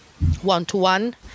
one-to-one